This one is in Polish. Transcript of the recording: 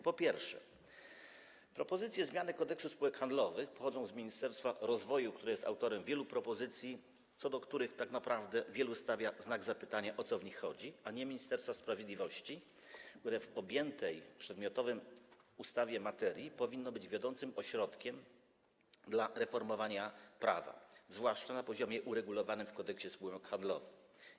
Po pierwsze, propozycje zmiany Kodeksu spółek handlowych pochodzą z Ministerstwa Rozwoju, które jest autorem wielu propozycji, w odniesieniu do których tak naprawdę wielu stawia znak zapytania, o co w nich chodzi, a nie Ministerstwa Sprawiedliwości, które w objętej przedmiotem ustawy materii powinno być wiodącym ośrodkiem dla reformowania prawa, zwłaszcza na poziomie uregulowanym w Kodeksie spółek handlowych.